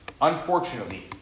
Unfortunately